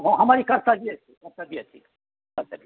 हँ हमर ई कर्तव्ये थिक कर्तव्ये थिक कर्तव्ये थिक